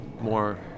more